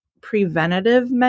preventative